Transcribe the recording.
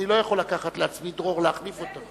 יכול לקחת לעצמי דרור להחליף אותו.